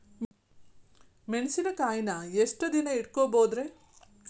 ಮೆಣಸಿನಕಾಯಿನಾ ಎಷ್ಟ ದಿನ ಇಟ್ಕೋಬೊದ್ರೇ?